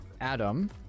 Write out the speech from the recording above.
adam